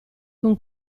con